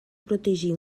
protegir